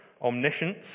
omniscience